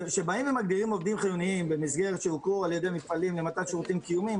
כשמגדירים עובדים חיוניים שהוכרו כמפעלים למתן שירותים קיומיים,